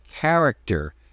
character